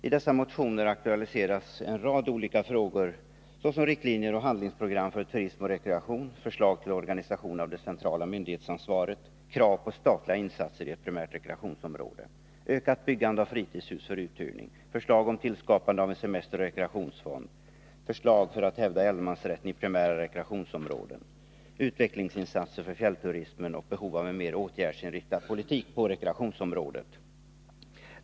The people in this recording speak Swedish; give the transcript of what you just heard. I motionerna aktualiseras en rad olika frågor, såsom riktlinjer och handlingsprogram för turism och rekreation, förslag till organisation av det centrala myndighetsansvaret, krav på statliga insatser i ett primärt rekreationsområde, ökat byggande av fritidshus för uthyrning, förslag om tillskapande av en semesteroch rekreationsfond, förslag för att hävda allemansrätten i primära rekreationsområden, utvecklingsinsatser för fjällturism och behov av en mer åtgärdsinriktad politik på rekreationsområdet.